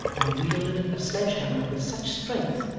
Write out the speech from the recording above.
and wielded a sledge-hammer with such strength,